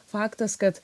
faktas kad